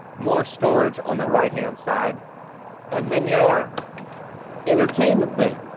more storage on the right-hand side and then your entertainment bay.